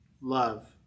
love